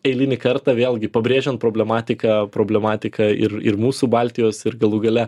eilinį kartą vėlgi pabrėžiant problematiką problematiką ir ir mūsų baltijos ir galų gale